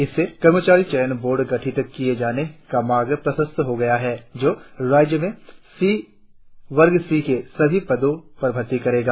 इससे कर्मचारी चयन बोर्ड गठित किए जाने का मार्ग प्रशस्त हो गया है जो राज्य में वर्ग सी के सभी पदों पर भर्ती करेगा